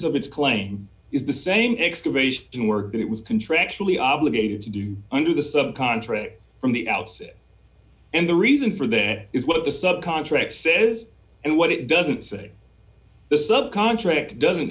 of its claim is the same excavation work that it was contractually obligated to do under the sub contract from the outset and the reason for that is what the sub contract says and what it doesn't say this up contract doesn't